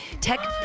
Tech